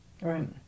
Right